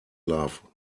love